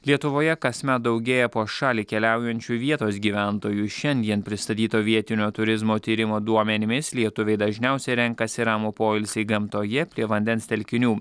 lietuvoje kasmet daugėja po šalį keliaujančių vietos gyventojų šiandien pristatyto vietinio turizmo tyrimo duomenimis lietuviai dažniausiai renkasi ramų poilsį gamtoje prie vandens telkinių